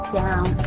down